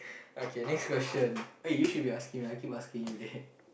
okay next question eh you should be asking me I keep asking you there